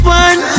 one